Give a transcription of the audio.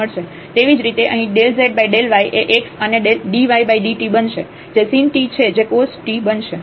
તેવી જ રીતે અહીં ∂z∂y એ x અને dydt બનશે જે sin t છે જે cos t બનશે